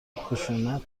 خشونت